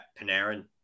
Panarin